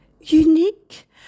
Unique